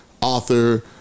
author